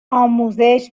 آموزش